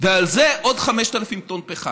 ועל זה עוד 5,000 טונות פחם.